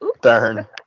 Darn